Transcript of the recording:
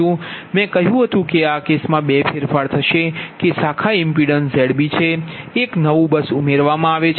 મે કહ્યું હતું કે આ કેસમાં 2 ફેરફાર થશે કે શાખા ઇમ્પિડન્સ Zb છે એક નવું બસ ઉમેરવામાં આવે છે